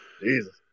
Jesus